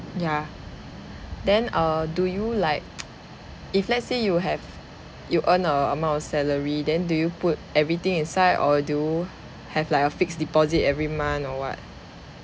ya then err do you like if let's say you have you earn a amount of salary then do you put everything inside or do you have like a fixed deposit every month or what